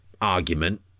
argument